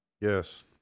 Yes